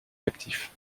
captifs